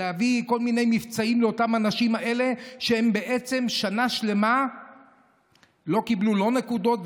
להביא כל מיני מבצעים לאותם אנשים שבעצם שנה שלמה לא קיבלו לא נקודות,